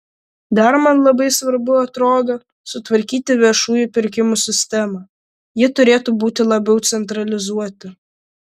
dar man labai svarbu atrodo sutvarkyti viešųjų pirkimų sistemą ji turėtų būti labiau centralizuoti